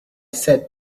said